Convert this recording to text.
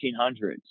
1800s